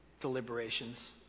deliberations